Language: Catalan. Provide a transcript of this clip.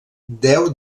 deu